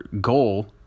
goal